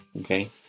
Okay